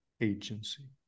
agency